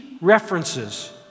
references